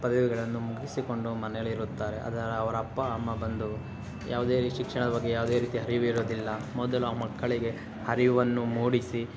ಪದವಿಗಳನ್ನು ಮುಗಿಸಿಕೊಂಡು ಮನೆಯಲ್ಲಿರುತ್ತಾರೆ ಆದರೆ ಅವರ ಅಪ್ಪ ಅಮ್ಮ ಬಂದು ಯಾವುದೇ ಶಿಕ್ಷಣದ ಬಗ್ಗೆ ಯಾವುದೇ ರೀತಿಯ ಅರಿವಿರುವುದಿಲ್ಲ ಮೊದಲು ಆ ಮಕ್ಕಳಿಗೆ ಅರಿವನ್ನು ಮೂಡಿಸಿ